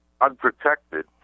unprotected